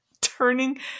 turning